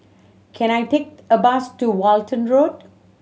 can I take a bus to Walton Road